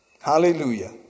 Hallelujah